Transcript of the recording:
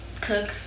cook